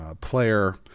player